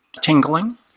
Tingling